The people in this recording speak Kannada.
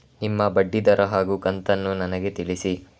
ನಿಮ್ಮ ಬಡ್ಡಿದರ ಹಾಗೂ ಕಂತನ್ನು ನನಗೆ ತಿಳಿಸಿ?